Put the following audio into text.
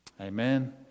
Amen